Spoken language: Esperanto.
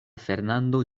fernando